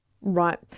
Right